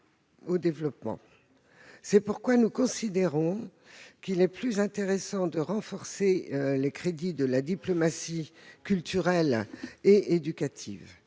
au développement. C'est pourquoi nous considérons qu'il est plus intéressant de renforcer les crédits de la diplomatie culturelle et éducative.